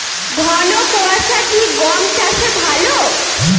ঘন কোয়াশা কি গম চাষে ভালো?